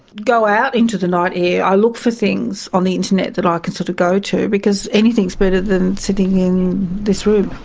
go out into the night air. i look for things on the internet that i can sort of go to because anything is better than sitting in this room.